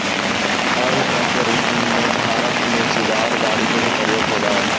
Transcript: farm truck के रूप में भारत में जुगाड़ गाड़ि के भी प्रयोग होवऽ हई